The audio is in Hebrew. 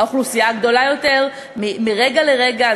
האוכלוסייה גדולה יותר מרגע לרגע,